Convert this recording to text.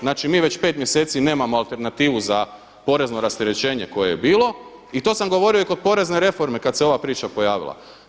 Znači mi već 5 mjeseci nemamo alternativu za porezno rasterećenje koje je bilo i to sam govorio i kod porezne reforme kad se ova priča pojavila.